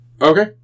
Okay